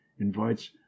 invites